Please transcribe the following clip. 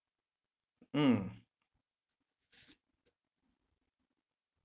mm